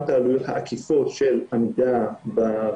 גם את העלויות העקיפות של עמידה ברגולציה